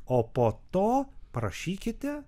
o po to parašykite